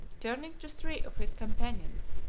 turning to three of his companions,